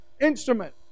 instrument